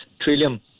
Trillium